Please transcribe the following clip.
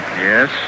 Yes